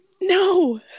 No